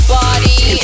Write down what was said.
body